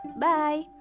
Bye